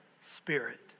spirit